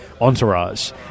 Entourage